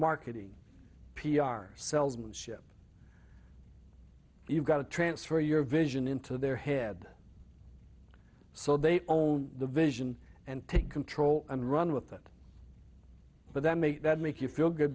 marketing p r sells unship you've got to transfer your vision into their head so they own the vision and take control and run with it but then make that make you feel good